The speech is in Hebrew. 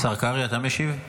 השר קרעי, אתה משיב?